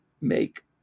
make